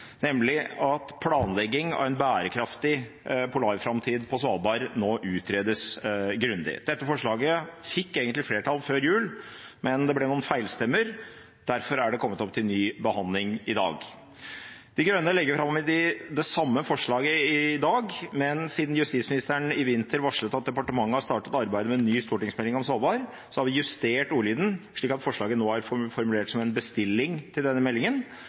nemlig at planlegging av en bærekraftig polarframtid på Svalbard nå utredes grundig. Dette forslaget fikk egentlig flertall før jul, men det ble noen feilstemmer, derfor er det kommet opp til ny behandling i dag. De Grønne legger fram det samme forslaget i dag, men siden justisministeren i vinter varslet at departementet har startet arbeidet med en ny stortingsmelding om Svalbard, har vi justert ordlyden slik at forslaget nå er formulert som en bestilling til denne meldingen,